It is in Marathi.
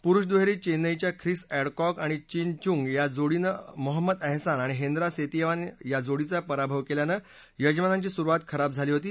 पुरुष दुहेरीत चेन्नईच्या ख्रिस अद्विकॉक आणि चीन चुंग या जोडीनं मोहम्मद अहसान आणि हेंद्रा सेतीयावान या जोडीचा पराभव केल्यानं यजमानांची सुरुवात खराब झाली होती